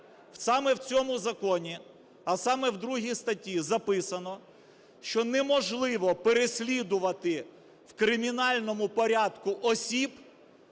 Саме в цьому законі, а саме в 2 статті, записано, що неможливо переслідувати в кримінальному порядку осіб,